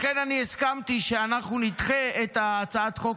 לכן הסכמתי שאנחנו נדחה את הצעת החוק